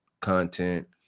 content